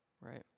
right